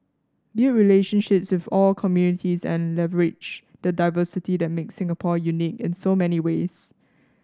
build relationships with all communities and leverage the diversity that makes Singapore unique in so many ways